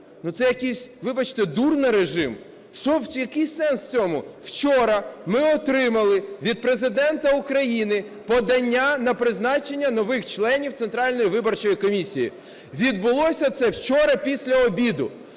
вибачте, "дурнорежим". Що, який сенс в цьому? Вчора ми отримали від Президента України подання на призначення нових членів Центральної виборчої комісії. Відбулося це вчора після обіду.